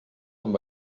amb